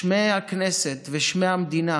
שמי הכנסת ושמי המדינה